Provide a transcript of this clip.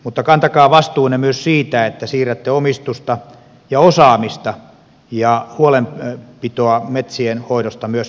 mutta kantakaa vastuunne myös siitä että siirrätte omistusta ja osaamista ja huolenpitoa metsien hoidosta myös nuorille